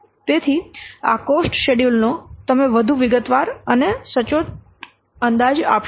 તેથી આ cost schedule નો તમને વધુ વિગતવાર અને સચોટ અંદાજ આપશે